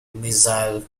missile